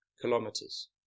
kilometers